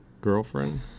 girlfriend